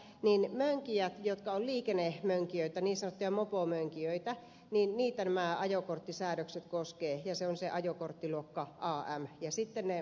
niitä mönkijöitä jotka ovat liikennemönkijöitä niin sanottuja mopomönkijöitä nämä ajokorttisäädökset koskevat ja se on se ajokorttiluokka am